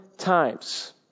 times